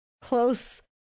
close